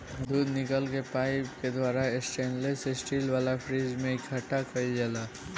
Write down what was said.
दूध निकल के पाइप के द्वारा स्टेनलेस स्टील वाला फ्रिज में इकठ्ठा कईल जाला